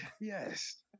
Yes